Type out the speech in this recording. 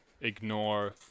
Ignore